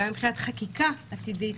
גם מבחינת חקיקה עתידית.